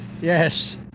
Yes